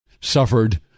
suffered